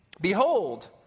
Behold